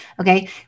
okay